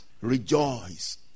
rejoice